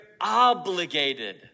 obligated